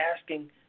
asking